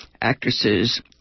actresses